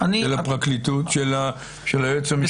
של היועץ המשפטי.